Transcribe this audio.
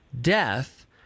death